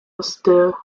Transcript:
austere